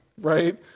right